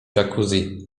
jacuzzi